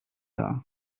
are